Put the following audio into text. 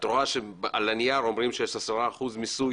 את רואה שעל הנייר אומרים שיש 10 אחוזים מיסוי